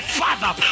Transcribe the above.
father